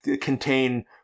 contain